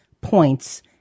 points